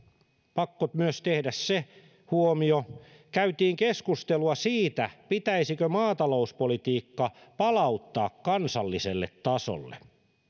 pakko myös tehdä se huomio käytiin keskustelua siitä pitäisikö maatalouspolitiikka palauttaa kansalliselle tasolle